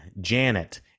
Janet